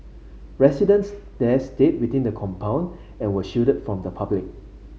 residents there stayed within the compound and were shielded from the public